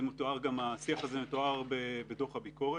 השיח הזה מתואר בדוח הביקורת,